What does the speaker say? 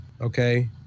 okay